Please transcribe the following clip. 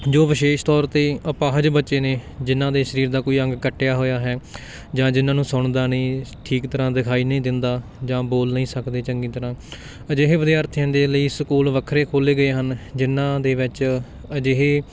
ਜੋ ਵਿਸ਼ੇਸ਼ ਤੌਰ 'ਤੇ ਅਪਾਹਜ ਬੱਚੇ ਨੇ ਜਿਨ੍ਹਾਂ ਦੇ ਸਰੀਰ ਦਾ ਕੋਈ ਅੰਗ ਕੱਟਿਆ ਹੋਇਆ ਹੈ ਜਾਂ ਜਿਨ੍ਹਾਂ ਨੂੰ ਸੁਣਦਾ ਨਹੀਂ ਠੀਕ ਤਰ੍ਹਾਂ ਦਿਖਾਈ ਨਹੀਂ ਦਿੰਦਾ ਜਾਂ ਬੋਲ ਨਹੀਂ ਸਕਦੇ ਚੰਗੀ ਤਰ੍ਹਾਂ ਅਜਿਹੇ ਵਿਦਿਆਰਥੀਆਂ ਦੇ ਲਈ ਸਕੂਲ ਵੱਖਰੇ ਖੋਲ੍ਹੇ ਗਏ ਹਨ ਜਿਨ੍ਹਾਂ ਦੇ ਵਿੱਚ ਅਜਿਹੇ